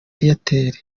airtel